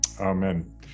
Amen